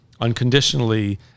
unconditionally